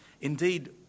Indeed